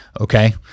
Okay